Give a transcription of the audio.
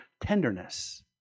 tenderness